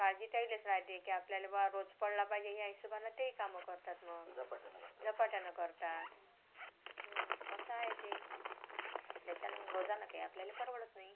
काळजी त्यांनाच राहाते की आपल्याला बुवा रोज पडला पाहिजे या हिशोबाने तेही कामं करतात मग झपाट्यानं करतात असं आहे ते ज्याच्यानं रोजाना काही आपल्याला परवडत नाही